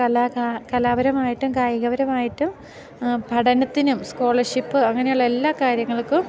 കലാകാ കലാപരമായിട്ടും കായികപരമായിട്ടും പഠനത്തിനും സ്കോളർഷിപ്പ് അങ്ങനെയുള്ള എല്ലാ കാര്യങ്ങൾക്കും